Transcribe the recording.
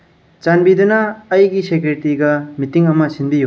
ꯆꯥꯟꯕꯤꯗꯨꯅ ꯑꯩꯒꯤ ꯁꯦꯀ꯭ꯔꯦꯇꯔꯤꯒ ꯃꯤꯇꯤꯡ ꯑꯃ ꯁꯤꯟꯕꯤꯌꯨ